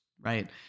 right